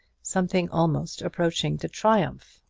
something almost approaching to triumph,